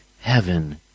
heaven